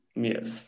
Yes